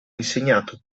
insegnato